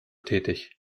tätig